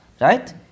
Right